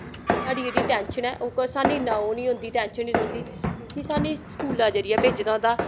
साढ़ी जेह्ड़ी टैंशन ऐ साह्नू इन्ना ओह् निं होंदी टैंशन निं रौंह्दी क्योंकि साह्नू स्कूला जरियै भेजे दा होंदा